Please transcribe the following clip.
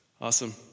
Awesome